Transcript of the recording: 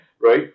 right